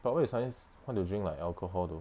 but why you suddenly want to drink like alcohol though